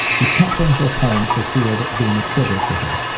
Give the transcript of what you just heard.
we can't bring her home for fear of it being a trigger for her.